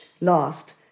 last